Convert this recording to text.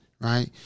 Right